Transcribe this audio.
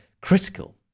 critical